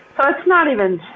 so it's not even,